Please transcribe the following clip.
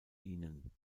ihnen